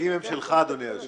ההישגים הם שלך, אדוני היושב-ראש.